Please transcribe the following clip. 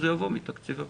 אז הוא יבוא מתקציב הבטחון.